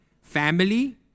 family